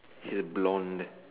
is blonde